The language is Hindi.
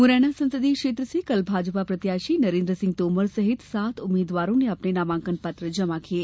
मुरैना संसदीय क्षेत्र से कल भाजपा प्रत्याशी नरेंद्र सिंह तोमर सहित सात उम्मीदवारों ने अपने नामांकन पत्र जमा किये